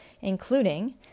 including